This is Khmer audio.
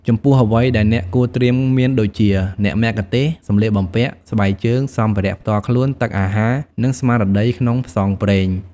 ចំពោះអ្វីដែលអ្នកគួរត្រៀមមានដូចជា អ្នកមគ្គុទ្ទេសក៍ សម្លៀកបំពាក់ ស្បែកជើង សម្ភារៈផ្ទាល់ខ្លួន ទឹក អាហារ និងស្មារតីក្នុងផ្សងព្រេង។